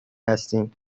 هستیم